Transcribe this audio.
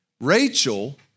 Rachel